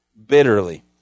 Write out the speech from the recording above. Bitterly